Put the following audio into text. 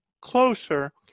closer